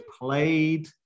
played